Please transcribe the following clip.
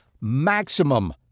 maximum